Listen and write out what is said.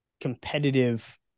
competitive